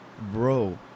bro